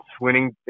winning